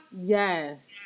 Yes